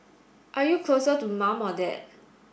are you closer to mum or dad